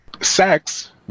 sex